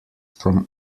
from